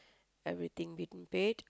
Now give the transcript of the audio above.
everything we didn't paid